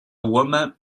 woman